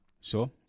Sure